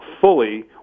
fully